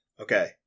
Okay